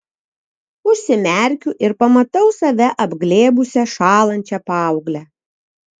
užsimerkiu ir pamatau save apglėbusią šąlančią paauglę